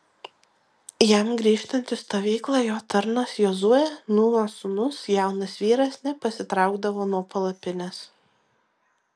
jam grįžtant į stovyklą jo tarnas jozuė nūno sūnus jaunas vyras nepasitraukdavo nuo palapinės